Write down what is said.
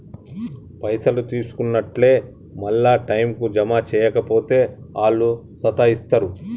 పైసలు తీసుకున్నట్లే మళ్ల టైంకు జమ జేయక పోతే ఆళ్లు సతాయిస్తరు